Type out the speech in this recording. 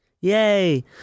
Yay